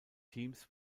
teams